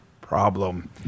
problem